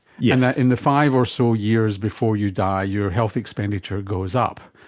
yeah and in the five or so years before you die your health expenditure goes up.